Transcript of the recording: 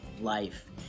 life